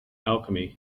alchemy